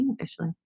officially